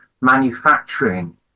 manufacturing